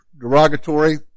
derogatory